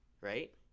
right